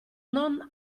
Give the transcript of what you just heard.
non